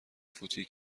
فوتی